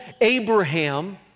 Abraham